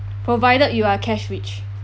provided you are cash rich